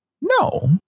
No